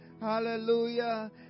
Hallelujah